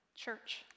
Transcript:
Church